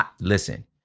Listen